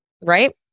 Right